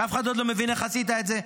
שאף אחד עוד לא מבין איך עשית את זה,